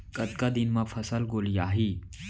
कतका दिन म फसल गोलियाही?